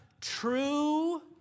true